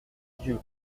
dieu